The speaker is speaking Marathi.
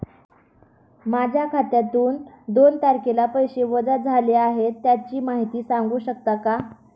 माझ्या खात्यातून दोन तारखेला पैसे वजा झाले आहेत त्याची माहिती सांगू शकता का?